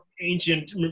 ancient